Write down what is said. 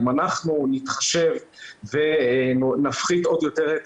אם אנחנו נתחשב ונפחית עוד יותר את